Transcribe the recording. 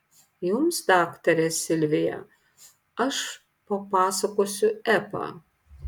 jums daktare silvija aš papasakosiu epą